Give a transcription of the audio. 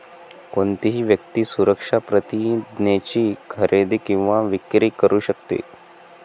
कोणतीही व्यक्ती सुरक्षा प्रतिज्ञेची खरेदी किंवा विक्री करू शकते